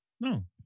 No